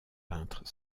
peintre